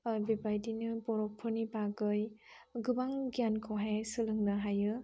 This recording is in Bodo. ओ बेबायदिनो बर'फोरनि बागै गोबां गियानखौहाय सोलोंनो हायो